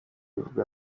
bivugwa